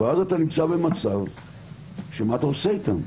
ואז אתה נמצא במצב שמה אתה עושה איתם?